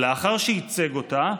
לאחר שייצג אותה,